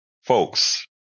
folks